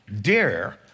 dare